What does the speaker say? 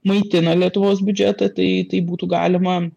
maitina lietuvos biudžetą tai tai būtų galima